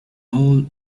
all